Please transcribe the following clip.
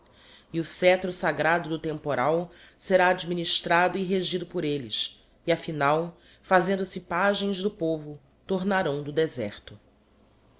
e o sceptro sagrado do temporal será administrado e regido por elles e a final fazendo-se pagens do povo tornarão do deserto